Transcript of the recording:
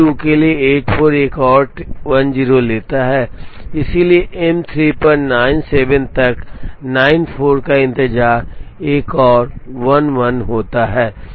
M 2 के लिए 84 एक और 10 लेता है इसलिए एम 3 पर 97 तक 94 का इंतजार एक और 11 होता है